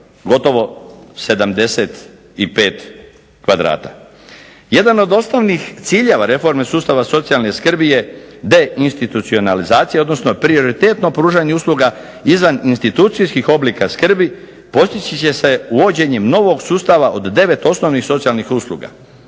gotovo 75 kvadrata. Jedan od osnovnih ciljeva reforme sustava socijalne skrbi je deinstitucionalizacija, odnosno prioritetno pružanje usluga izvan institucijskih oblika skrbi, postići će se uvođenjem novog sustava od 9 osnovnih socijalnih usluga.